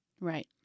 Right